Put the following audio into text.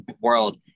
world